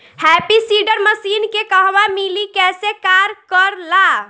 Happy seeder machine के कहवा मिली कैसे कार कर ला?